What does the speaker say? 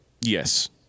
Yes